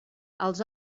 els